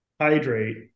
hydrate